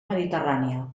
mediterrània